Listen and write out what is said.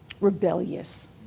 rebellious